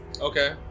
Okay